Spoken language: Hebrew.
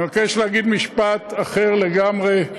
אני מבקש להגיד משפט אחר לגמרי,